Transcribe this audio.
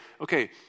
okay